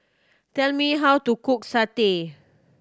tell me how to cook satay